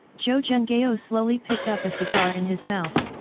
zhou zhenghao slowly picked up a cigar in his mouth,